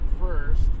first